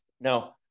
Now